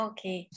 Okay